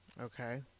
Okay